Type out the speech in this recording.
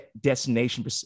destination